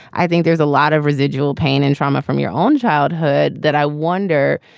i think there's a lot of residual pain and trauma from your own childhood that i wonder.